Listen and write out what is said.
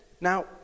Now